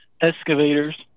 excavators